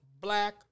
black